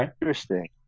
Interesting